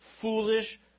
foolish